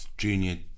Junior